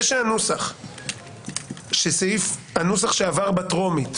זה שהנוסח שעבר בטרומית: